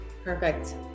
Perfect